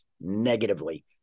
negatively